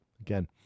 again